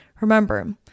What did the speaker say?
Remember